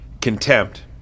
Contempt